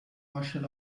martial